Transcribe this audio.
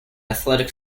athletic